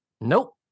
Nope